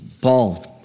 Paul